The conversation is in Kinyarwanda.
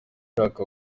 mushaka